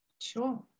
Sure